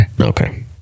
Okay